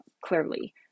clearly